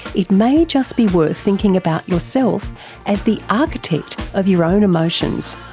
it may just be worth thinking about yourself as the architect of your own emotions.